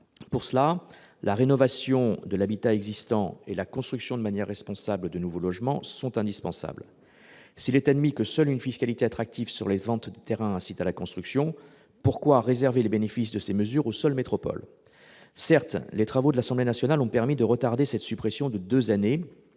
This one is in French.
perspective, la rénovation de l'habitat existant et la construction de manière responsable de nouveaux logements sont indispensables. S'il est admis que seule une fiscalité attractive pour les ventes de terrains incite à la construction, pourquoi réserver le bénéfice de ces mesures aux seules métropoles ?